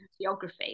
geography